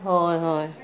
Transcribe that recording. होय होय